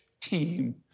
team